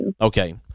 Okay